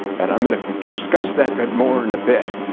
and i'm going to discuss that more in a bit.